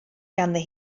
ganddi